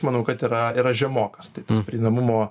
manau kad yra yra žemokas tai prieinamumo